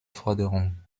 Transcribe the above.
forderung